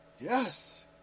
Yes